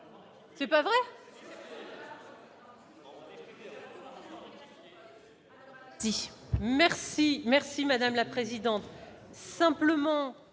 n'est pas vrai !